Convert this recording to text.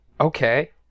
okay